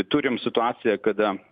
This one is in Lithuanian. turim situaciją kada